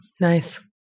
Nice